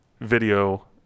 video